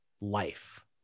life